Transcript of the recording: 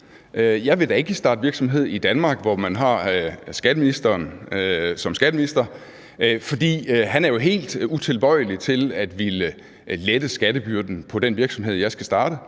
jeg vil da ikke starte virksomhed i Danmark, hvor man har skatteministeren som skatteminister, for han er jo helt utilbøjelig til at ville lette skattebyrden på den virksomhed, jeg skal starte;